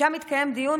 שם התקיים דיון